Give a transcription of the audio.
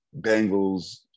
Bengals